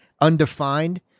undefined